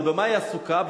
אבל במה היא עסוקה?